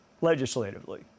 legislatively